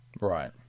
Right